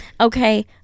okay